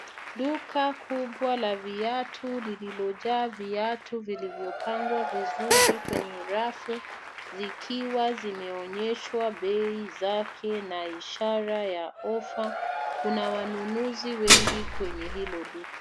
Duka kubwa la viatu lililojaa viatu vilivyopangwa vizuri kwenye rafu zikiwa zimeonyeshwa bei zake na ishara ya ofa. Kuna wanunuzi wengi kwenye hilo duka.